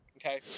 Okay